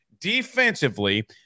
Defensively